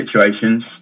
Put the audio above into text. situations